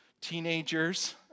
teenagers